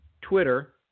Twitter